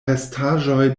restaĵoj